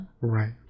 Right